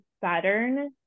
Saturn